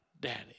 daddy